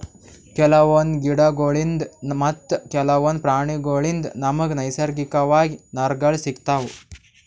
ಕೆಲವೊಂದ್ ಗಿಡಗೋಳ್ಳಿನ್ದ್ ಮತ್ತ್ ಕೆಲವೊಂದ್ ಪ್ರಾಣಿಗೋಳ್ಳಿನ್ದ್ ನಮ್ಗ್ ನೈಸರ್ಗಿಕವಾಗ್ ನಾರ್ಗಳ್ ಸಿಗತಾವ್